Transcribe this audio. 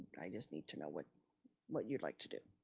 i just need to know what what you'd like to do.